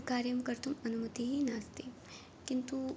कार्यं कर्तुम् अनुमतिः नास्ति किन्तु